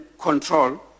control